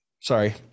Sorry